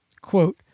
Quote